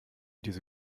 diese